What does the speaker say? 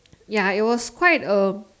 ya it was quite a